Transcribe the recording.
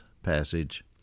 passage